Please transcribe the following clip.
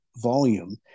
volume